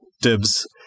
dibs